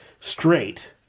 straight